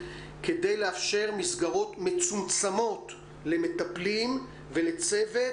כדי לאפשר מסגרות מצומצמות למטפלים ולצוות